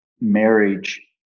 marriage